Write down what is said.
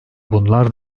bunlar